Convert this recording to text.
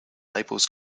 labels